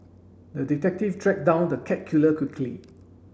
the detective tracked down the cat killer quickly